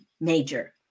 major